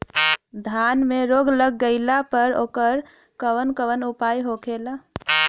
धान में रोग लग गईला पर उकर कवन कवन उपाय होखेला?